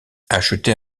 acheter